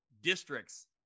districts